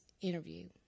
interview